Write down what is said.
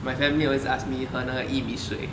my family always ask me 喝那个薏米水